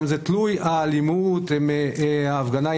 וככל והוגשו כתבי אישום הרי שמדובר במספר מזערי ביחס למספר המתפרעים.